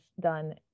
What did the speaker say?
done